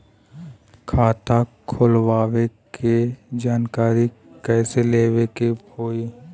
खाता खोलवावे के जानकारी कैसे लेवे के होई?